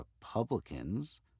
Republicans